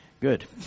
Good